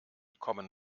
common